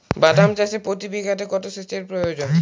বাদাম চাষে প্রতি বিঘাতে কত সেচের প্রয়োজন?